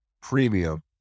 premium